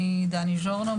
אני דני ז'ורנו,